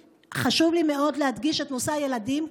חשוב לי מאוד להדגיש את נושא הילדים.